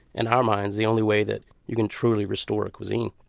in our minds, the only way that you can truly restore a cuisine